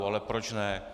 Ale proč ne.